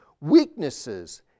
weaknesses